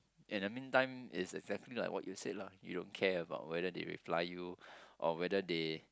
and the meantime it's exactly like what you said lah you don't care about whether they reply you or whether they